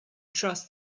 trust